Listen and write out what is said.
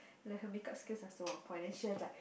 like her make up skills are so on point and she has like